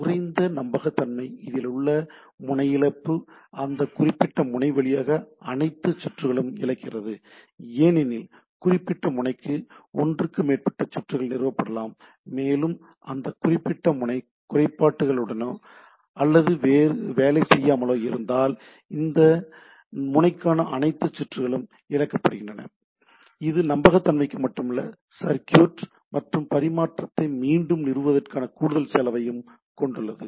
குறைந்த நம்பகத்தன்மை இதிலுள்ள முனை இழப்பு அந்த குறிப்பிட்ட முனை வழியாக அனைத்து சுற்றுகளையும் இழக்கிறது ஏனெனில் குறிப்பிட்ட முனைக்கு ஒன்றுக்கு மேற்பட்ட சுற்றுகள் நிறுவப்படலாம் மேலும் அந்த குறிப்பிட்ட முனை குறைபாட்டுடனோ அல்லது வேலை செய்யாமலோ இருந்தால் அந்த முனைக்கான அனைத்து சுற்றுகளும் இழக்கப்படுகின்றன இது நம்பகத்தன்மைக்கு மட்டுமல்ல சர்க்யூட் மற்றும் பரிமாற்றத்தை மீண்டும் நிறுவுவதற்கான கூடுதல் செலவையும் கொண்டுள்ளது